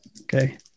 Okay